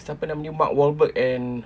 siapa nama ini mark wahlberg and